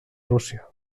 rússia